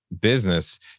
business